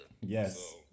Yes